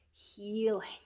healing